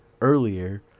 earlier